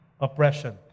Oppression